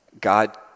God